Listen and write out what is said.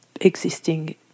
existing